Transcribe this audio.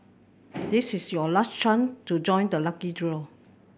this is your last chance to join the lucky draw